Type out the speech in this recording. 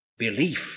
belief